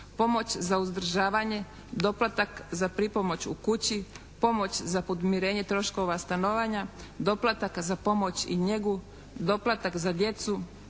pomoć za uzdržavanje, doplatak za pripomoć u kući, pomoć za podmirenje troškova stanovanja, doplataka za pomoć i njegu, doplatak za djecu,